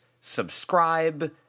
subscribe